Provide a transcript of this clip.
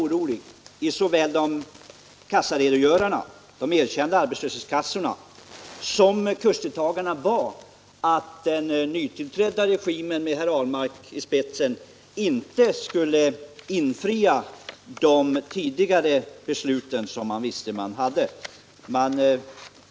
I dag är såväl kassaredogörarna vid de erkända arbetslöshetskassorna som kursdeltagarna oroliga för att den nu tillträdda regimen med herr Ahlmark i spetsen inte skall infria de tidigare utfästelser som gjorts.